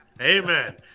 Amen